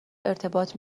ارتباط